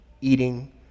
eating